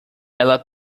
ela